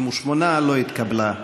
58. לא התקבלה.